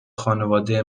خانواده